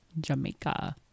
jamaica